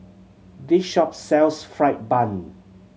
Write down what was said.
this shop sells fried bun